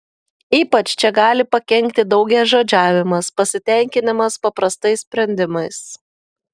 ypač čia gali pakenkti daugiažodžiavimas pasitenkinimas paprastais sprendimais